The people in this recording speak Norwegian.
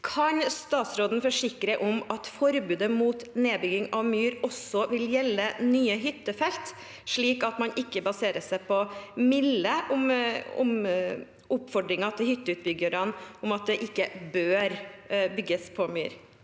Kan statsråden forsikre at forbudet mot nedbygging av myr også vil gjelde nye hyttefelt, slik at man ikke baserer seg på milde oppfordringer til hytteutbyggerne om at det ikke bør bygges på myr?